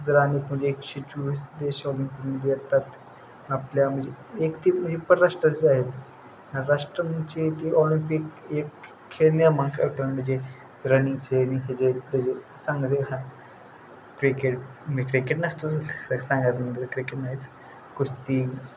एकशे चोवीस देश ऑलिम्पिकमध्ये येतात आपल्या म्हणजे एक ते म्हणजे परराष्ट्र आहेत राष्ट्र म्हणजे ते ऑलिम्पिक एक खेळण्या रनिंगचे आणि ह्याचे त्याचे सांगाय हा क्रिकेट म्हणजे क्रिकेट नसतो सांगायचं म्हणजे क्रिकेट नाहीच कुस्ती